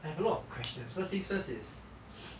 I have a lot of questions first things first is